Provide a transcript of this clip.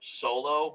solo